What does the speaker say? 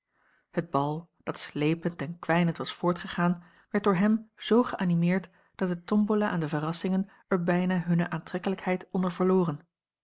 het bal dat slepend en kwijnend was voortgegaan werd door a l g bosboom-toussaint langs een omweg hem zoo geanimeerd dat de tombola en de verrassingen er bijna hunne aantrekkelijkheid onder verloren